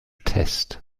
test